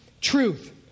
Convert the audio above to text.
truth